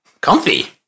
comfy